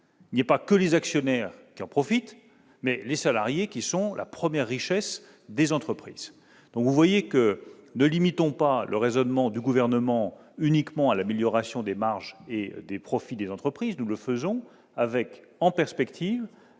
il n'y ait pas que les actionnaires qui en profitent, mais que les salariés, qui sont la première richesse des entreprises, en bénéficient aussi. Ne limitons pas le raisonnement du Gouvernement à la seule amélioration des marges et des profits des entreprises. Nous le faisons avec, en perspective,